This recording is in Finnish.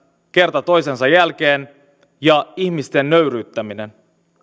kerta toisensa jälkeen toistuvat vastenmieliset näytelmät ja ihmisten nöyryyttämisen